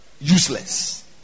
useless